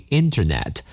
internet，